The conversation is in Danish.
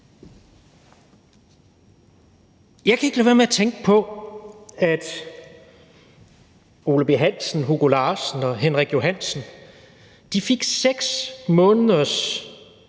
Jeg kan ikke lade være med at tænke på, at Ole B. Hansen, Hugo Larsen og Henrik Johansen fik 6 måneders